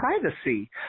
privacy